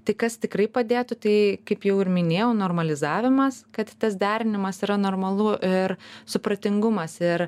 tai kas tikrai padėtų tai kaip jau ir minėjau normalizavimas kad tas derinimas yra normalu ir supratingumas ir